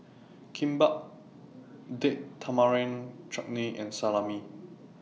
Kimbap Date Tamarind Chutney and Salami